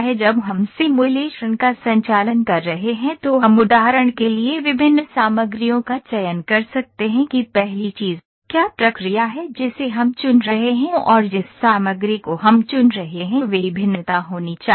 जब हम सिमुलेशन का संचालन कर रहे हैं तो हम उदाहरण के लिए विभिन्न सामग्रियों का चयन कर सकते हैं कि पहली चीज क्या प्रक्रिया है जिसे हम चुन रहे हैं और जिस सामग्री को हम चुन रहे हैं वह भिन्नता होनी चाहिए